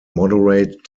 moderate